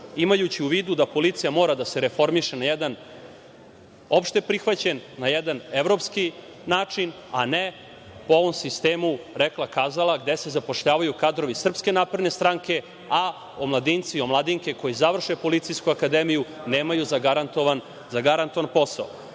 imajući u vidu da policija mora da se reformiše na jedan opšte prihvaćen, na jedan evropski način, a ne po ovom sistemu rekla kazala gde se zapošljavaju kadrovi SNS, a omladinci i omladinke koji završe Policijsku akademiju nemaju zagarantovan posao.